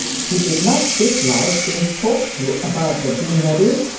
he did not dislike being talked to about the deanery,